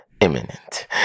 Imminent